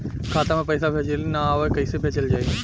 खाता में पईसा भेजे ना आवेला कईसे भेजल जाई?